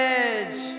edge